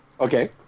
Okay